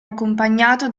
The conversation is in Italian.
accompagnato